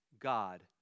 God